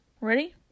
Ready